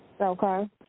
Okay